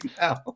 now